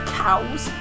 cows